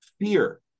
fear